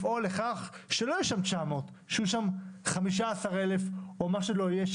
צריך לפעול לכך שלא יהיו שם 900 אלא שיהיו שם 15,000 או מה שלא יהיה,